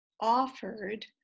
offered